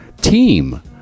team